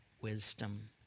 wisdom